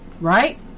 right